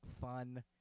fun